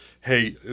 Hey